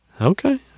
okay